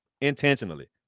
intentionally